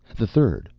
the third,